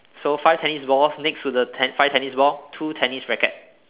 so five tennis balls next to the five tennis ball two tennis racket